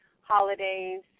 holidays